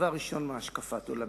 דבר ראשון, מהשקפת עולמי.